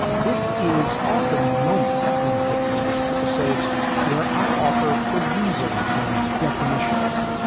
this is often the moment in hit parade episodes where i offer provisos and definitions,